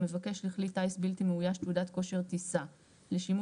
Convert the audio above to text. המבקש לכלי טיס בלתי מאויש תעודת כושר טיסה לשימוש